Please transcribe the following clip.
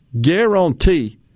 guarantee